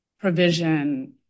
provision